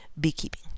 beekeeping